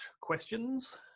questions